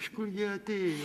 iš kur jie atėjo